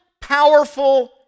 powerful